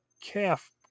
calf